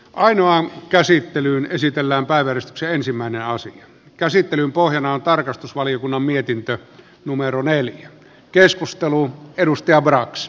ainoan käsittely esitellään päivän se ensimmäinen osan käsittelyn pohjana on tarkastusvaliokunnan mietintö numeron eli keskusteluun edusti abrax